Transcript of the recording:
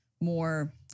more